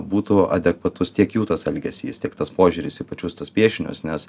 būtų adekvatus tiek jų tas elgesys tiek tas požiūris į pačius tuos piešinius nes